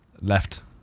left